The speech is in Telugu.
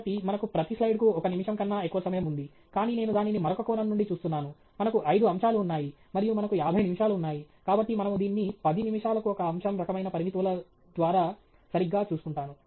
కాబట్టి మనకు ప్రతి స్లైడ్కు ఒక నిమిషం కన్నా ఎక్కువ సమయం ఉంది కాని నేను దానిని మరొక కోణం నుండి చూస్తున్నాను మనకు ఐదు అంశాలు ఉన్నాయి మరియు మనకు యాభై నిమిషాలు ఉన్నాయి కాబట్టి మనము దీన్ని 10 నిమిషాలకు ఒక అంశం రకమైన పరిమితుల ద్వారా సరిగ్గా చూసుకుంటాను